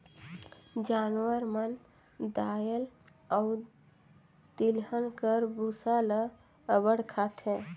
जानवर मन दाएल अउ तिलहन कर बूसा ल अब्बड़ खाथें